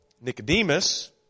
Nicodemus